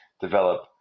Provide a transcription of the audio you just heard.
develop